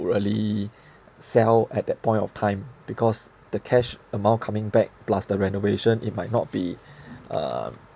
really sell at that point of time because the cash amount coming back plus the renovation it might not be um